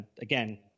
again